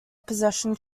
possession